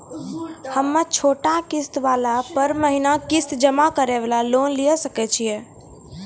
हम्मय छोटा किस्त वाला पर महीना किस्त जमा करे वाला लोन लिये सकय छियै?